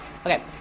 Okay